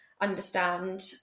understand